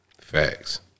Facts